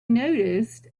noticed